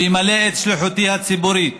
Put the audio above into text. אמלא את שליחותי הציבורית